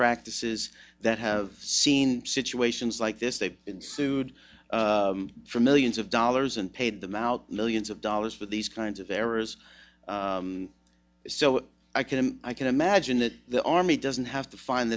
practices that have seen situations like this they sued for millions of dollars and paid them out millions of dollars for these kinds of errors so i can i can imagine that the army doesn't have to find